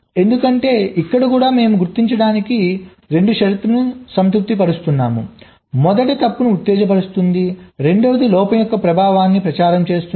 ఎందుకంటే ఇక్కడ కూడా మేము గుర్తించడానికి 2 షరతులను సంతృప్తిపరుస్తున్నాము మొదట తప్పును ఉత్తేజపరుస్తుంది రెండవది లోపం యొక్క ప్రభావాన్ని ప్రచారం చేస్తుంది